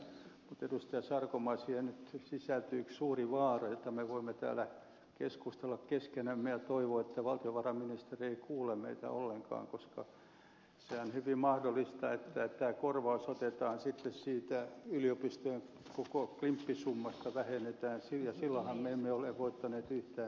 sarkomaa siihen nyt sisältyy yksi suuri vaara josta me voimme täällä keskustella keskenämme ja toivoa että valtiovarainministeri ei kuule meitä ollenkaan koska sehän on hyvin mahdollista että tämä korvaus otetaan sitten yliopistojen koko klimppisummasta vähennetään siitä ja silloinhan me emme ole voittaneet yhtään mitään